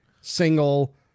single